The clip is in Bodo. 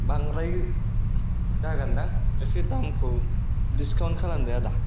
बांद्राय जागोनदां एसे दामखौ डिसकाउन्ट खालामदो आदा